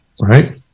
right